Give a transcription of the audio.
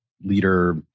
leader